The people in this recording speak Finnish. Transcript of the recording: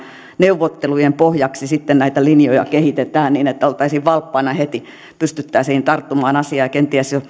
neuvottelujen pohjaksi sitten näitä linjoja kehitetään niin että oltaisiin valppaana heti pystyttäisiin tarttumaan asiaan ja kenties